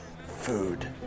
Food